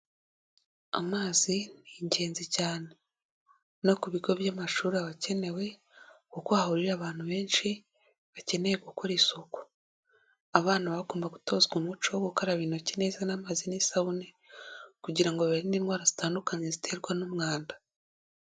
Amazi ni ingenzi cyane no ku bigo by'amashuri aba akenewe kuko hahurira abantu benshi bakeneye gukora isuku, abana baba bagomba gutozwa umuco wo gukaraba intoki neza n'amazi n'isabune kugira ngo birinde indwara zitandukanye, ziterwa n'umwanda.